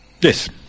yes